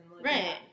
Right